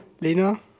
Lena